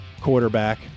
quarterback